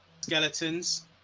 skeletons